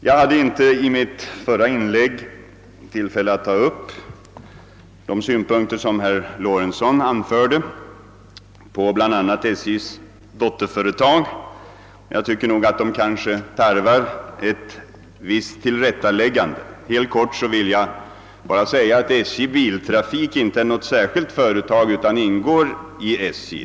Jag hade i mitt förra inlägg inte tillfälle att ta upp de synpunkter som herr Lorentzon anförde på bl.a. SJ:s dotterföretag, men jag tycker att det tarvas ett visst tillrättaläggande på denna punkt. Helt kort vill jag därför säga, att SJ:s biltrafik inte är något särskilt företag utan ingår i SJ.